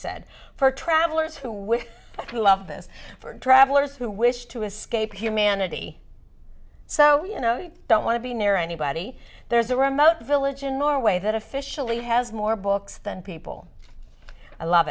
said for travelers who love this for travelers who wish to escape humanity so you know you don't want to be near anybody there's a remote village in norway that officially has more books than people i love